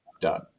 done